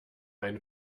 eine